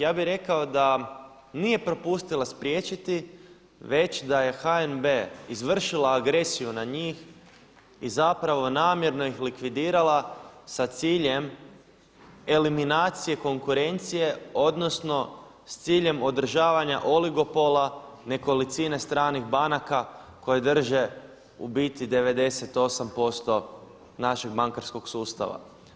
Ja bih rekao da nije propustila spriječiti već da je HNB izvršila agresiju na njih i zapravo ih namjerno likvidirala sa ciljem eliminacije konkurencije odnosno s ciljem održavanja oligopola, nekolicine stranih banaka koje drže u biti 98% našeg bankarskog sustava.